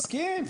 מסכים.